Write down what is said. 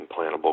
implantable